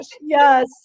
yes